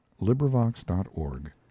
LibriVox.org